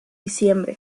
diciembre